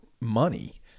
money